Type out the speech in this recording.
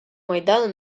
майдану